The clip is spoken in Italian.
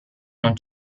non